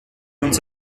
uns